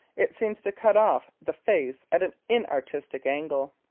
it seems to cut off, the face at an inartistic angle.